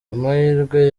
amahirwe